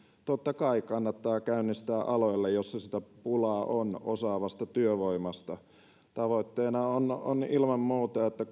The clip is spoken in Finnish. totta kai kannattaa käynnistää aloilla joissa sitä pulaa on osaavasta työvoimasta tavoitteena on on ilman muuta että